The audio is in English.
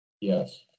Yes